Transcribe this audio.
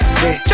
say